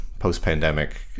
post-pandemic